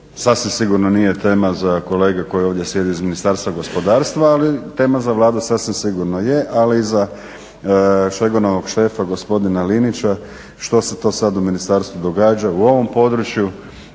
sasvim sigurno nije tema za kolege koji ovdje sjede iz Ministarstva gospodarstva, ali tema za Vladu sasvim sigurno je, ali i za Šegonovog šefa gospodina Linića, što se to sad u ministarstvu događa u ovom području